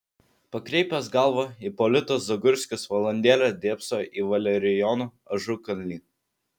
pakreipęs galvą ipolitas zagurskis valandėlę dėbsojo į valerijoną ažukalnį